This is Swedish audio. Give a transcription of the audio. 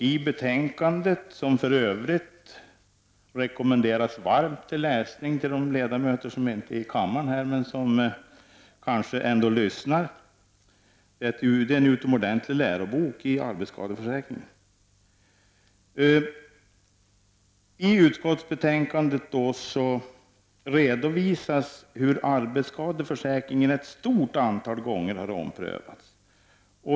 I betänkandet, som för övrigt rekommenderas varmt för läsning till de ledamöter som inte är här i kammaren men som kanske ändå lyssnar — det är en utomordentlig lärobok om arbetsskadeförsäkringen — redovisas hur arbetsskadeförsäkringen ett stort antal gånger har omprövats.